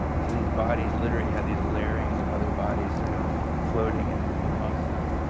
so these bodies literally had these layerings of other bodies sort of floating and and amongst them.